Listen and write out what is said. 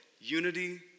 unity